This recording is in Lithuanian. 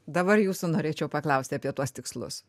dabar jūsų norėčiau paklausti apie tuos tikslus